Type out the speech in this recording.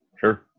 Sure